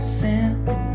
simple